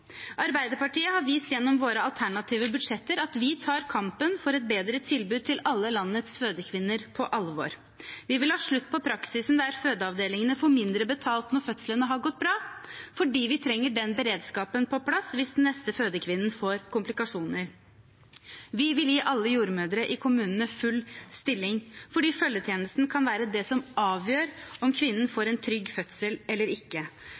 Arbeiderpartiet har gjennom våre alternative budsjetter vist at vi tar kampen for et bedre tilbud til alle landets fødekvinner på alvor. Vi vil ha slutt på praksisen der fødeavdelingene får mindre betalt når fødslene har gått bra, for vi trenger den beredskapen på plass hvis den neste fødekvinnen får komplikasjoner. Vi vil gi alle jordmødre i kommunene full stilling fordi følgetjenesten kan være det som avgjør om kvinnen får en trygg fødsel eller ikke.